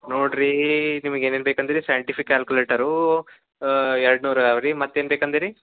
ನೋಡ್ರೀ ನಿಮಗೆ ಏನೇನು ಬೇಕಂತಿಲ್ಲೆ ಸ್ಯಾಂಟಿಫಿಕ್ ಕ್ಯಾಲ್ಕುಲೇಟರೂ ಎರಡು ನೂರವರಿ ಮತ್ತೇನು ಬೇಕು ಅಂದಿರಿ